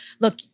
Look